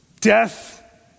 Death